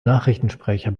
nachrichtensprecher